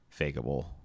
fakeable